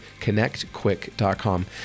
ConnectQuick.com